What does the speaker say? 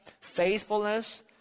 Faithfulness